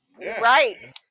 Right